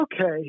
okay